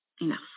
Enough